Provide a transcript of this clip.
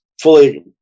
fully